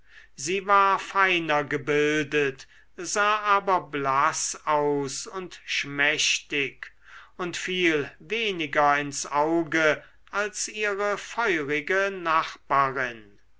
sie war feiner gebildet sah aber blaß aus und schmächtig und fiel weniger ins auge als ihre feurige nachbarin